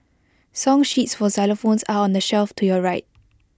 song sheets for xylophones are on the shelf to your right